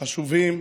חשובים,